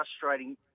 frustrating